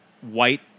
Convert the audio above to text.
white